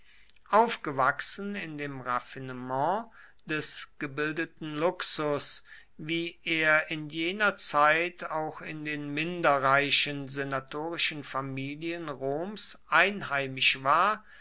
aufgewachsen in dem raffinement des gebildeten luxus wie er in jener zeit auch in den minder reichen senatorischen familien roms einheimisch war